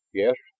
yes,